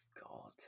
God